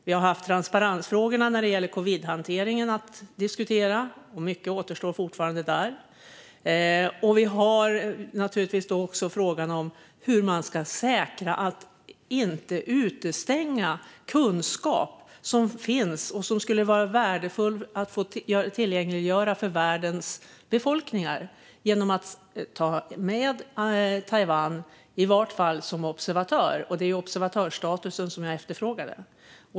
Vi har haft transparensfrågorna att diskutera när det gäller covidhanteringen - mycket återstår fortfarande där. Vi har naturligtvis också frågan om hur man ska säkra att kunskap som finns och skulle vara värdefull att tillgängliggöra för världens befolkningar inte utestängs, genom att Taiwan i vart fall tas med som observatör; det är observatörsstatus som jag efterfrågar.